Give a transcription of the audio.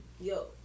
Yo